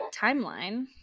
Timeline